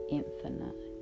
infinite